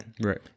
Right